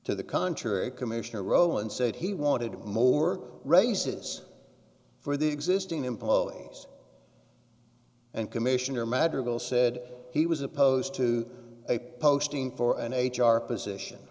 to the contrary commissioner roland said he wanted more raises for the existing employees and commissioner madrigal said he was opposed to a posting for an h r position